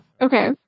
Okay